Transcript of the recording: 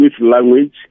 language